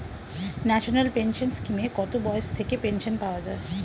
National pension স্কিমে কত বয়স থেকে পেনশন পাওয়া যায়?